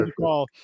call